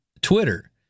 Twitter